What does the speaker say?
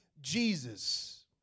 Jesus